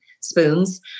spoons